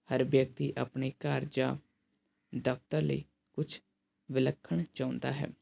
ਹਰ ਵਿਅਕਤੀ ਆਪਣੇ ਘਰ ਜਾਂ ਦਫ਼ਤਰ ਲਈ ਕੁਛ ਵਿਲੱਖਣ ਚਾਹੁੰਦਾ ਹੈ